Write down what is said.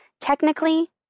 Technically